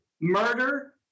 murder